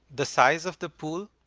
the size of the pool.